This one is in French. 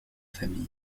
famille